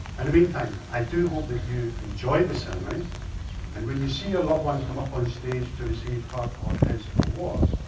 and the meantime, i do hope that you enjoy the ceremony and when you see a loved one come up on stage to receive her or his award,